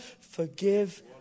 forgive